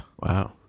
Wow